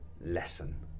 lesson